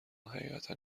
حقیقتا